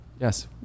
Yes